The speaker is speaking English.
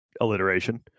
alliteration